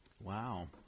Wow